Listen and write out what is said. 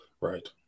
Right